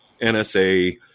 NSA